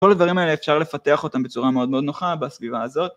כל הדברים האלה אפשר לפתח אותם בצורה מאוד מאוד נוחה בסביבה הזאת.